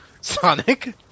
Sonic